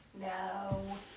No